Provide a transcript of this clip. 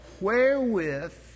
wherewith